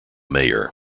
mayor